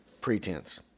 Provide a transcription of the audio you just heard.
pretense